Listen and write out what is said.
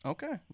Okay